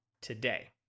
today